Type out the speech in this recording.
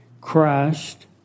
Christ